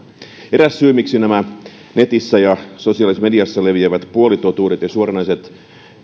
eräs syy miksi nämä netissä ja sosiaalisessa mediassa leviävät puolitotuudet ja suoranaiset